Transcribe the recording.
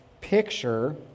picture